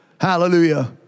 Hallelujah